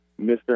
Mr